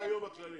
מה היום הכללים?